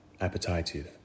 Appetitive